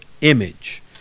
image